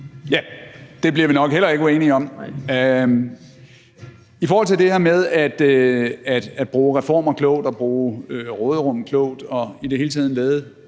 (V): Det bliver vi nok heller ikke uenige om. I forhold til det her med at bruge reformer klogt og bruge råderummet klogt og i det hele taget lave